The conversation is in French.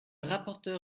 rapporteur